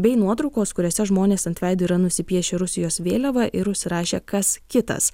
bei nuotraukos kuriose žmonės ant veido yra nusipiešę rusijos vėliavą ir užsirašę kas kitas